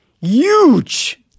Huge